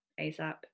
ASAP